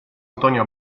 antonio